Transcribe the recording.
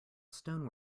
stone